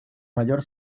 mayor